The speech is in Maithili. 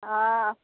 हँ